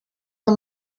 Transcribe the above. may